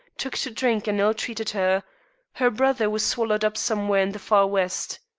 took to drink and ill-treated her her brother was swallowed up somewhere in the far west.